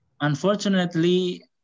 Unfortunately